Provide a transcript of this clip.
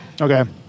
Okay